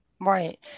Right